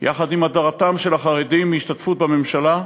יחד עם הדרתם של החרדים מהשתתפות בממשלה,